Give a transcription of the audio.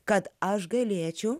kad aš galėčiau